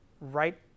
right